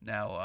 Now